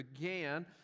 began